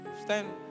Stand